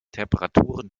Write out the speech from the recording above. temperaturen